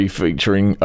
featuring